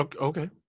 Okay